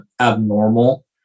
abnormal